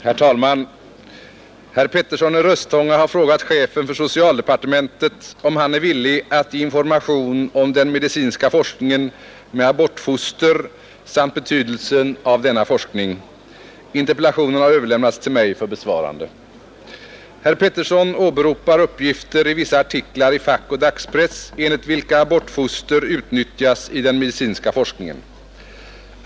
Herr talman! Herr Petersson i Röstånga har frågat chefen för socialdepartementet om han är villig att ge information om den medicinska forskningen med abortfoster samt betydelsen av denna forskning. Interpellationen har överlämnats till mig för besvarande. Herr Petersson åberopar uppgifter i vissa artiklar i fackoch dagspress enligt vilka abortfoster utnyttjas i den medicinska forskningen.